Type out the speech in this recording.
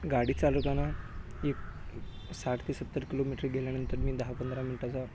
गाडी चालवताना एक साठ ते सत्तर किलोमीटर गेल्यानंतर मी दहा पंधरा मिनटाचा